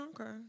Okay